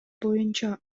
боюнча